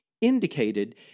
indicated